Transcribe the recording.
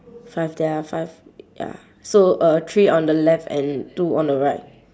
five there are five ya so uh three on the left and two on the right